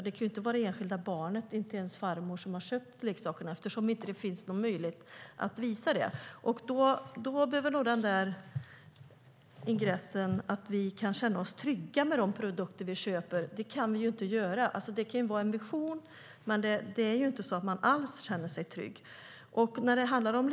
Det kan inte vara det enskilda barnet och inte ens farmor som har köpt leksakerna eftersom det inte finns någon möjlighet att veta det. Ingressen som handlar om att vi kan känna oss trygga med de produkter vi köper behöver nog ändras. Det kan vi inte göra. Det kan vara en vision, men man känner sig inte alls trygg.